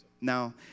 now